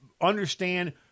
understand